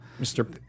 Mr